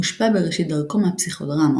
הושפע בראשית דרכו מהפסיכודרמה,